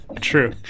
true